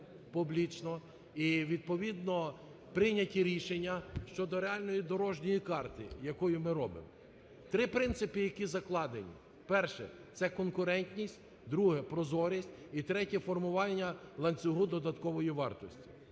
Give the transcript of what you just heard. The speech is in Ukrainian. Публічно, і, відповідно, прийняті рішення щодо реальної дорожньої карти, яку ми робимо. Три принципи, які закладені: перше – це конкурентність, друге – прозорість і третє – формування ланцюгу додаткової вартості.